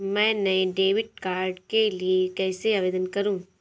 मैं नए debit card के लिए कैसे आवेदन करूं?